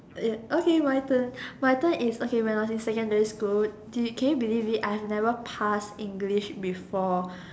okay my turn my turn is okay when I was in secondary school do can you believe it I have never passed English before